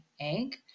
egg